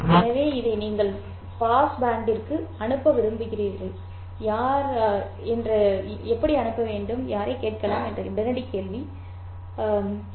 எனவே இதை நீங்கள் பாஸ் பேண்டிற்கு அனுப்ப விரும்புகிறீர்கள் யார் கேட்கலாம் என்ற உடனடி கேள்வி நான் ஏன் அதை செய்ய வேண்டும்